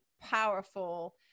powerful